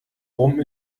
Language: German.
rum